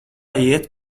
iet